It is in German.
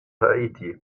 haiti